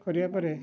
କରିବା ପରେ